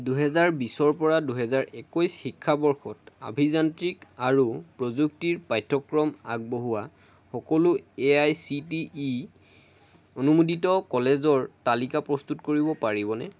দুহেজাৰ বিছৰ পৰা দুহেজাৰ একৈছ শিক্ষাবৰ্ষত অভিযান্ত্ৰিক আৰু প্ৰযুক্তিৰ পাঠ্যক্ৰম আগবঢ়োৱা সকলো এআইচিটিই অনুমোদিত কলেজৰ তালিকা প্ৰস্তুত কৰিব পাৰিবনে